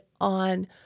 on